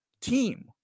team